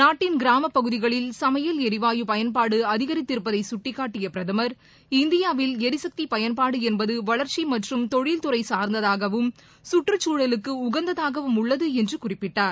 நாட்டின் கிராமப்பகுதிகளில் சமையல் எரிவாயு பயன்பாடுஅதிகரித்திருப்பதைகட்டிக்காட்டியபிரதமர் இந்தியாவில் எரிசக்திபயன்பாடுஎன்பதுவளர்ச்சிமற்றும் தொழில் துறைசார்ந்ததாகவும் சுற்றுச்சூழலுக்குடகந்ததாகவும் உள்ளதுஎன்றுகுறிப்பிட்டார்